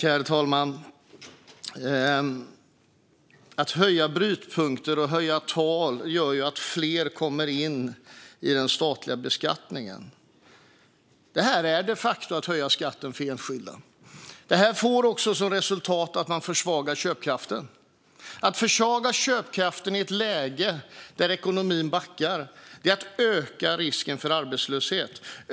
Herr talman! Att höja brytpunkter och tal gör ju att fler kommer in i den statliga beskattningen. Det är de facto att höja skatten för enskilda. Det får också som resultat att man försvagar köpkraften. Att försvaga köpkraften i ett läge där ekonomin backar är att öka risken för arbetslöshet.